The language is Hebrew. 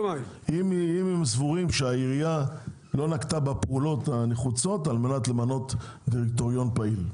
סבורים שהעירייה לא נקטה בפעולות הנחוצות על מנת למנות דירקטוריון פעיל,